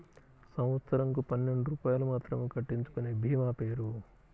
సంవత్సరంకు పన్నెండు రూపాయలు మాత్రమే కట్టించుకొనే భీమా పేరు?